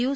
you